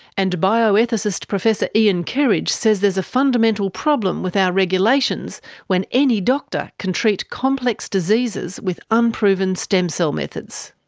and bio-ethicist professor ian kerridge says there's a fundamental problem with our regulations when any doctor can treat complex diseases with unproven stem cell methods.